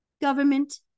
government